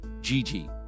Gigi